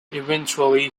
eventually